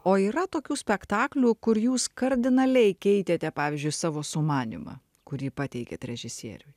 o yra tokių spektaklių kur jūs kardinaliai keitėte pavyzdžiui savo sumanymą kurį pateikėt režisieriui